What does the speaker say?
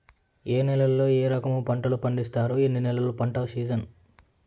ఏ నేలల్లో ఏ రకము పంటలు పండిస్తారు, ఎన్ని నెలలు పంట సిజన్?